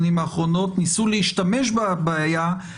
לשאלה: האם חקיקת היסוד הישראלית ראוי